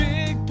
Big